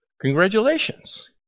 Congratulations